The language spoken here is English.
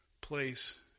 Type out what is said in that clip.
place